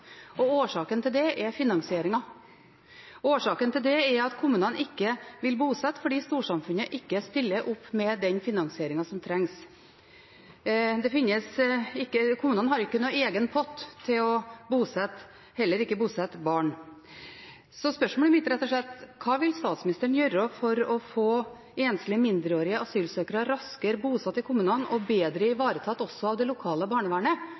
og årsaken til det er finansieringen. Årsaken til det er at kommunene ikke vil bosette, fordi storsamfunnet ikke stiller opp med den finansieringen som trengs. Kommunene har ikke noen egen pott til å bosette, heller ikke til å bosette barn. Spørsmålet mitt er rett og slett: Hva vil statsministeren gjøre for å få enslige mindreårige asylsøkere raskere bosatt i kommunene og bedre ivaretatt også av det lokale barnevernet,